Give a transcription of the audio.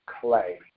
clay